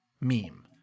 meme